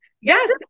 Yes